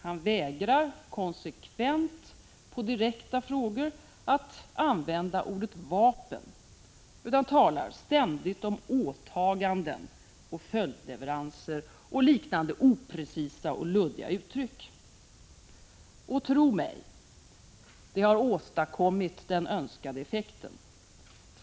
På direkta frågor vägrar han konsekvent att använda ordet vapen och talar ständigt om åtaganden, följdleveranser och liknande oprecisa och luddiga saker. Och tro mig, det har åstadkommit den önskade effekten.